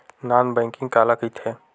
Non banking काला कइथे?